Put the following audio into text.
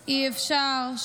נכון,